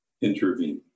intervene